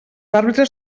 àrbitres